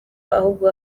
ahubwo